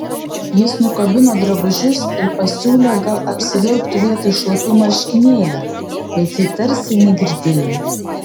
jis nukabino drabužius ir pasiūlė gal apsivilktų vietoj šlapių marškinėlių bet ji tarsi negirdėjo